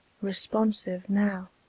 responsive now,